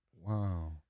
wow